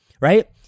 right